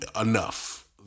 enough